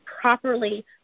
properly